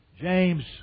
James